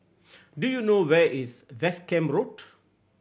do you know where is West Camp Road